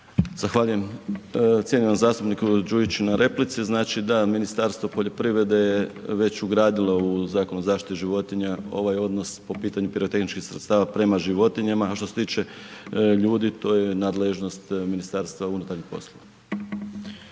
Zahvaljujem cijenjenom zastupniku Đujiću na replici. Znači, da, Ministarstvo poljoprivrede je već ugradilo u Zakon o zaštiti životinja ovaj odnos po pitanju pirotehničkih sredstava prema životinjama, a što se tiče ljudi, to je nadležnost MUP-a. **Petrov,